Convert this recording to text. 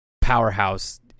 powerhouse